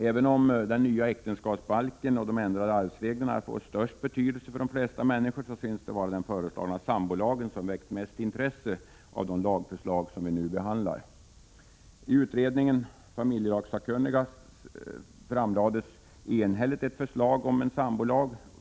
Även om den nya äktenskapsbalken och de ändrade arvsreglerna får den största betydelsen för de flesta människorna synes det vara den föreslagna sambolagen som väckt det största intresset av de lagförslag som vi nu behandlar. I utredningen familjelagssakkunniga framlades enhälligt ett förslag om en sambolag.